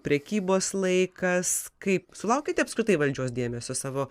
prekybos laikas kaip sulaukiate apskritai valdžios dėmesio savo